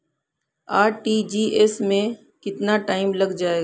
RTGS में कितना time लग जाएगा?